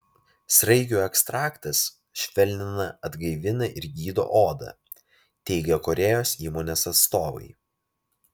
sraigių ekstraktas švelnina atgaivina ir gydo odą teigią korėjos įmonės atstovai